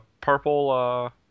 purple